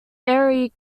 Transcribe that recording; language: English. erie